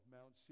Mount